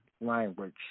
language